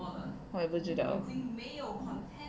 我也不知道